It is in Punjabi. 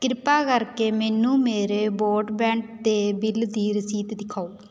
ਕਿਰਪਾ ਕਰਕੇ ਮੈਨੂੰ ਮੇਰੇ ਬੋਡਬੈਂਡ ਦੇ ਬਿੱਲ ਦੀ ਰਸੀਦ ਦਿਖਾਓ